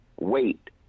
wait